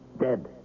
Dead